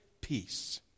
peace